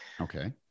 Okay